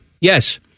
Yes